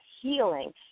healing